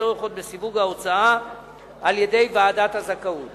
צורך עוד בסיווג ההוצאה על-ידי ועדת הזכאות.